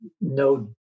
no